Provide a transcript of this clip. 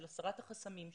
של הסרת החסמים,